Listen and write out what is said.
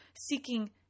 seeking